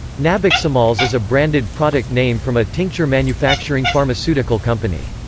nabiximols is a branded product name from a tincture manufacturing pharmaceutical company.